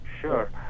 Sure